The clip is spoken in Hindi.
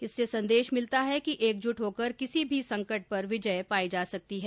इससे संदेश मिलता है कि एकजुट होकर किसी भी संकट पर विजय पाई जा सकती है